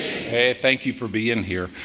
hey, thank you for being here.